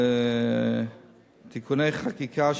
תיקוני חקיקה,